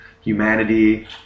humanity